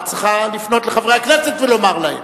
את צריכה לפנות אל חברי הכנסת ולומר להם,